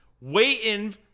waiting